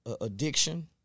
addiction